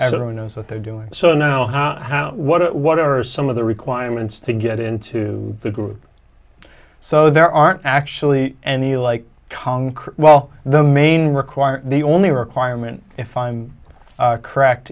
everyone knows what they're doing so know how how what what are some of the requirements to get into the group so there aren't actually any like conquer well the main require the only requirement if i'm correct